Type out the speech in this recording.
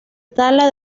tala